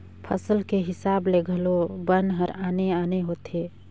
फसल के हिसाब ले घलो बन हर आने आने होथे